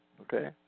Okay